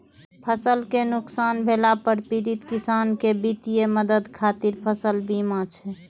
फसल कें नुकसान भेला पर पीड़ित किसान कें वित्तीय मदद खातिर फसल बीमा छै